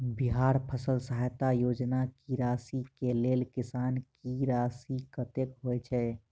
बिहार फसल सहायता योजना की राशि केँ लेल किसान की राशि कतेक होए छै?